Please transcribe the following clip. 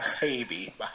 baby